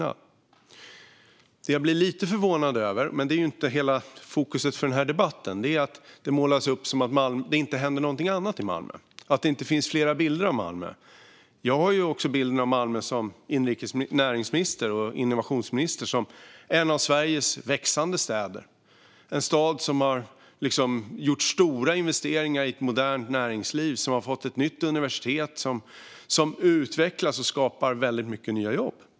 Det som jag blir lite förvånad över - men det är inte hela fokus för denna debatt - är att det målas upp en bild av att det inte händer någonting annat i Malmö och att det inte finns fler bilder av Malmö. Jag har också som näringsminister och innovationsminister bilden av Malmö som en av Sveriges växande städer. Det är en stad som har gjort stora investeringar i ett modernt näringsliv, som har fått ett nytt universitet och som utvecklas och skapar väldigt många nya jobb.